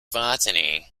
botany